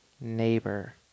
Neighbor